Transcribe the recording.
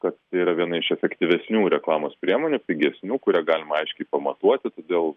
kad tai yra viena iš efektyvesnių reklamos priemonių pigesnių kurią galima aiškiai pamatuoti todėl